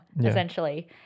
essentially